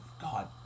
God